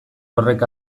horrek